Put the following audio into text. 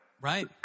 Right